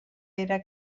era